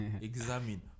examine